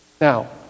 Now